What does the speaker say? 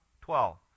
Twelve